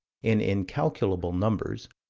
in incalculable numbers,